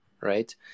right